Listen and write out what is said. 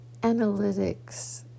analytics